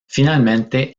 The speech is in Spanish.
finalmente